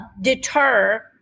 deter